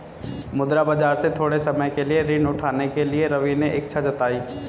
मुद्रा बाजार से थोड़े समय के लिए ऋण उठाने के लिए रवि ने इच्छा जताई